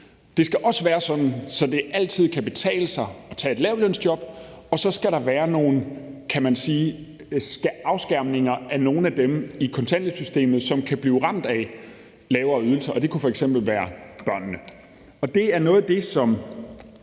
Det skal også være sådan, at det altid kan betale sig at tage et lavtlønsjob, og så skal der være nogle, kan man sige, afskærmninger af nogle af dem i kontanthjælpssystemet, som kan blive ramt af lavere ydelser, og det kunne f.eks. være børnene.